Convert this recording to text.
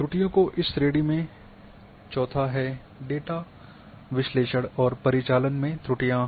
त्रुटियों की इस श्रेणी में चौथा है डेटा विश्लेषण और परिचालन में त्रुटियां